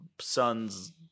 son's